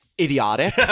idiotic